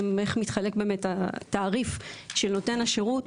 איך מתחלק בעצם התעריף של נותן השירות,